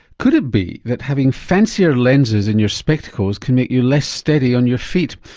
could it be that having fancier lenses in your spectacles can make you less steady on your feet?